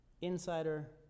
insider